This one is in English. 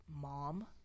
mom